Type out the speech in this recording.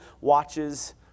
watches